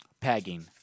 Pegging